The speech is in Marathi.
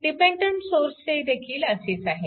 डिपेन्डन्ट सोर्सचे देखील असेच आहे